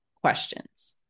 questions